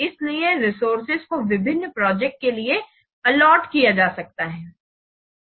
इसलिए रिसोर्सेज को विभिन्न प्रोजेक्ट के लिए अलॉट किया जा सकता है